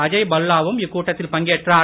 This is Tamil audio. அஜய் பல்லா வும் இக்கூட்டத்தில் பங்கேற்றார்